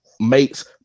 makes